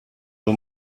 too